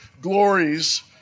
glories